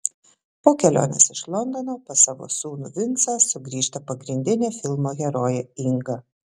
po kelionės iš londono pas savo sūnų vincą sugrįžta pagrindinė filmo herojė inga